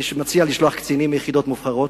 אני מציע לשלוח קצינים מיחידות מובחרות,